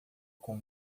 com